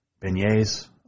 Beignets